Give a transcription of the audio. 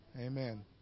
Amen